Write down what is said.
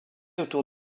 autour